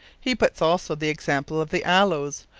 he puts also the example of the aloes,